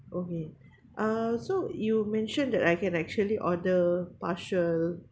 okay uh so you mentioned that I can actually order partial